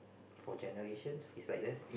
for generations it's like that